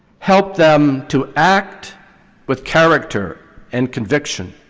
help them to act with character and conviction.